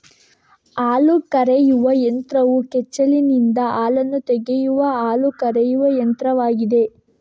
ಹಾಲು ಕರೆಯುವ ಯಂತ್ರವು ಕೆಚ್ಚಲಿನಿಂದ ಹಾಲನ್ನು ತೆಗೆಯುವ ಹಾಲು ಕರೆಯುವ ಯಂತ್ರವಾಗಿದೆ